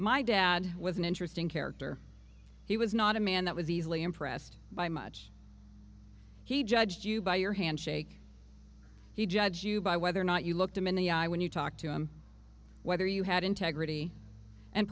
my dad was an interesting character he was not a man that was easily impressed by much he judged you by your handshake he judged you by whether or not you looked him in the eye when you talked to him whether you had integrity and